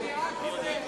אני רק אומר,